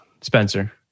spencer